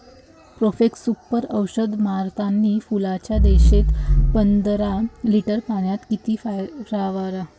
Profex Super औषध मारतानी फुलाच्या दशेत पंदरा लिटर पाण्यात किती फवाराव?